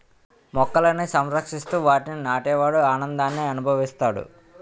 మొక్కలని సంరక్షిస్తూ వాటిని నాటే వాడు ఆనందాన్ని అనుభవిస్తాడు